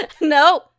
No